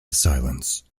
silence